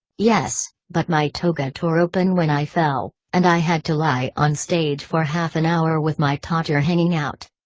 yes, but my toga tore open when i fell, and i had to lie on stage for half an hour with my todger hanging out.